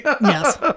Yes